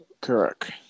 Correct